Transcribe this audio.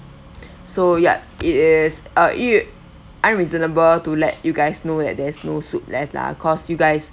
so ya it is uh it unreasonable to let you guys know that there's no food left lah cause you guys